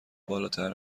بالاتر